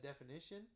definition